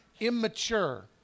immature